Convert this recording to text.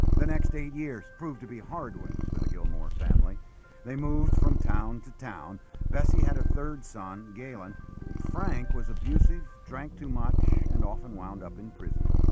the next eight years proved to be hard ones for the gilmore family they moved from town to town bessie had a third son galen frank was abusive drank too much and often wound up in prison